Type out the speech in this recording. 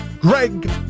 Greg